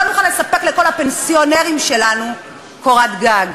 לא נוכל לספק לכל הפנסיונרים שלנו קורת גג.